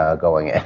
ah going in.